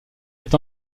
est